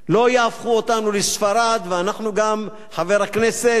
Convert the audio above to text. לא יהפכו אותנו לספרד, ואנחנו גם, חבר הכנסת,